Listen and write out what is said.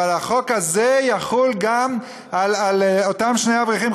אבל שהחוק הזה יחול גם על אותם שני אברכים,